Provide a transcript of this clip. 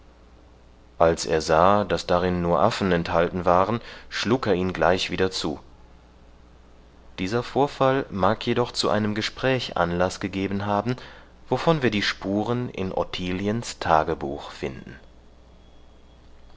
als er sah daß darin nur affen enthalten waren schlug er ihn gleich wieder zu dieser vorfall mag jedoch zu einem gespräch anlaß gegeben haben wovon wir die spuren in ottiliens tagebuch finden